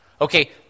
Okay